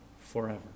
forever